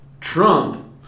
Trump